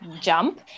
jump